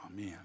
Amen